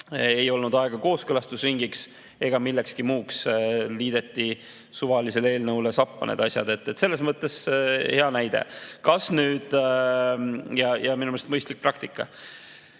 Ei olnud aega kooskõlastusringiks ega millekski muuks. Liideti suvalisele eelnõule sappa need asjad. Selles mõttes hea [ülevaade] ja minu meelest mõistlik praktika. Kas